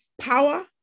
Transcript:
power